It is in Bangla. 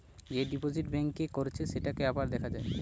যে ডিপোজিট ব্যাঙ্ক এ করেছে সেটাকে আবার দেখা যায়